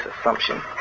assumption